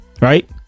Right